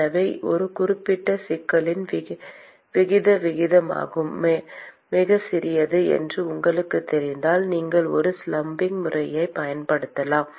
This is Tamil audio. எனவே ஒரு குறிப்பிட்ட சிக்கலின் விகித விகிதம் மிகச் சிறியது என்று உங்களுக்குத் தெரிந்தால் நீங்கள் ஒரு லம்ப்பிங் முறையைப் பயன்படுத்தலாம்